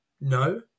No